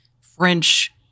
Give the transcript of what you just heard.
French